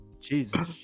Jesus